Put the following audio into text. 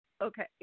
okay